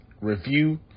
review